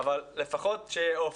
אבל לפחות שיהיה אופק.